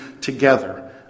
together